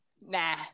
nah